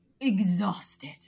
exhausted